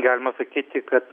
galima sakyti kad